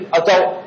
adult